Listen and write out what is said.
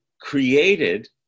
created